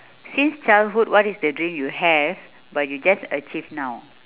since childhood what is the dream you have but you just achieved now